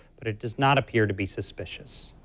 but it does not appear to be suspicious.